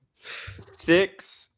six